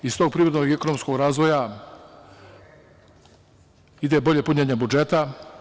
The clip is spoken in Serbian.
Iz tog privrednog i ekonomskog razvoja ide bolje punjenje budžeta.